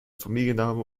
familienname